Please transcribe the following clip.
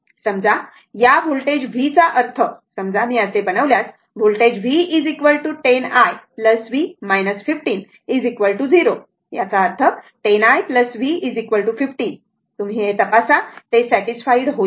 समजा या voltage V चा अर्थ समजा मी असे बनवल्यास व्होल्टेज V 10 i v 15 0 याचा अर्थ 10 i v 15 तुम्ही हे तपासा ते सॅटिसफाईड होईल